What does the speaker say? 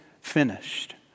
finished